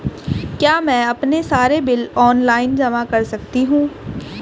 क्या मैं अपने सारे बिल ऑनलाइन जमा कर सकती हूँ?